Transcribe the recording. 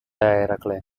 eracle